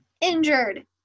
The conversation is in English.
injured